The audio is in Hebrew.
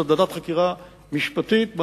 זאת ועדת חקירה משפטית,